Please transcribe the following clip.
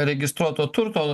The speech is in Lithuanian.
registruoto turto